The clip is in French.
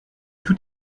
tout